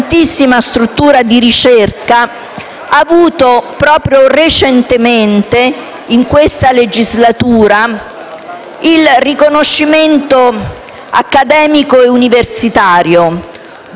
avuto proprio recentemente, nella corrente legislatura, il riconoscimento accademico e universitario dopo una nascita